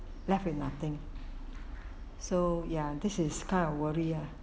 left with nothing so ya this is kind of worry ah